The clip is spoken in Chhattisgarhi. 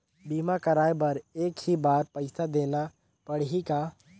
बीमा कराय बर एक ही बार पईसा देना पड़ही का?